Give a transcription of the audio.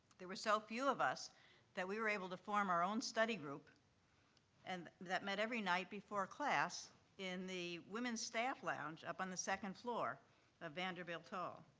there were so few of us that we were able to form our own study group and that met every night before class in the women's staff lounge up on the second floor of vanderbilt hall.